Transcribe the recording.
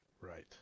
Right